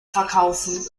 verkaufen